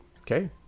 Okay